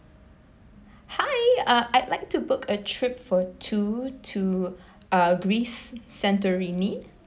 hi uh I'd like to book a trip for two to uh greece santorini